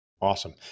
Awesome